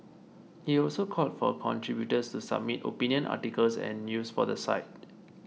he also called for contributors to submit opinion articles and news for the site